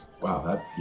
Wow